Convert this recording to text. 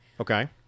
Okay